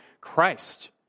Christ